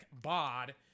bod